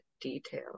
detail